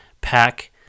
pack